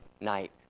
night